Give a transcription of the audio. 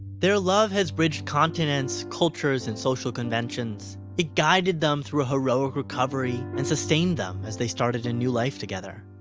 their love has bridged continents, cultures and social conventions. it guided them through a heroic recovery and sustained them as they started a new life together.